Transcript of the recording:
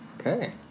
okay